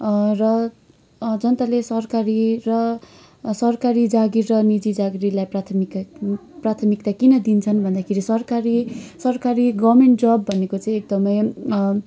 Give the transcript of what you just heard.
र जनताले सरकारी र सरकारी जागिर र निजी जागिरलाई प्राथमिकता प्राथमिकता किन दिन्छन् भन्दाखेरि सरकारी सरकारी गभर्मेन्ट जब भनेको चाहिँ एकदमै